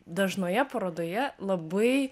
dažnoje parodoje labai